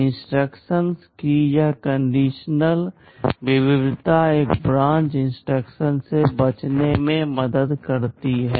instructions की यह conditional विविधता एक ब्रांच इंस्ट्रक्शन से बचने में मदद करती है